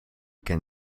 can